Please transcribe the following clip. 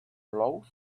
lose